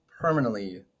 permanently